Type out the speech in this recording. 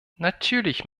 natürlich